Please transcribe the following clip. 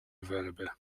available